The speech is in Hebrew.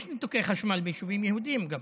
יש ניתוקי חשמל ביישובים יהודיים גם,